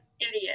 idiot